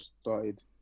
started